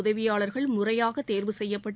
உதவியாளர்கள் முறையாக தேர்வு செய்யப்பட்டு